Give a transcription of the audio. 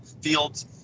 fields